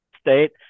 state –